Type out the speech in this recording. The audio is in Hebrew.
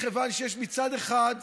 מכיוון שיש, מצד אחד,